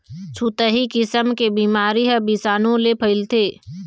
छुतही किसम के बिमारी ह बिसानु ले फइलथे